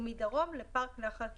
ומדרום, לפארק נחל קישון,".